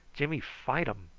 jimmy fight um,